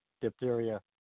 diphtheria